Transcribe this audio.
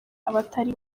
abatari